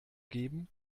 geben